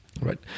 right